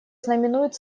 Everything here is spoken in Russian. знаменует